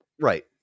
right